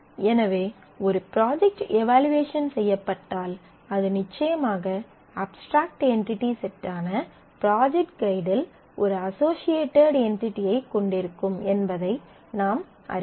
எனவே ஒரு project evaluation செய்யப்பட்டால் அது நிச்சயமாக அப்ஸ்ட்ராக்ட் என்டிடி செட்டான ப்ராஜெக்ட் ஃகைடில் ஒரு அஸோஸியேடட் என்டிடியைக் கொண்டிருக்கும் என்பதை நாம் அறிவோம்